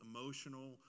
emotional